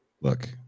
look